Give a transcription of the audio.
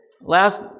Last